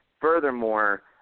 furthermore